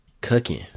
cooking